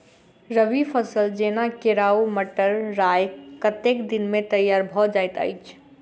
रबी फसल जेना केराव, मटर, राय कतेक दिन मे तैयार भँ जाइत अछि?